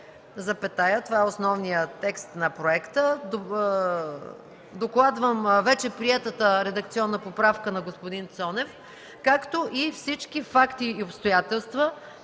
(това е основният текст на проекта, ще докладвам и вече приетата редакционна поправка на господин Цонев), както и всички факти и обстоятелства,